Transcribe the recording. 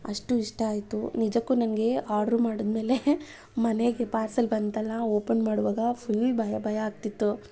ಅಷ್ಟು ಇಷ್ಟ ಆಯಿತು ನಿಜಕ್ಕೂ ನನಗೆ ಆರ್ಡ್ರು ಮಾಡಿದಮೇಲೆ ಮನೆಗೆ ಪಾರ್ಸೆಲ್ ಬಂತಲ್ಲ ಓಪನ್ ಮಾಡುವಾಗ ಫುಲ್ ಭಯ ಭಯ ಆಗ್ತಿತ್ತು